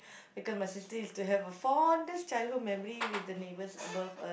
because my sister used to have a fondest childhood memory with the neighbours above us